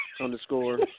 underscore